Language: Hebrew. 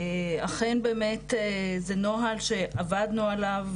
אכן באמת זה נוהל שעבדנו עליו,